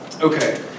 Okay